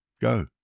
Go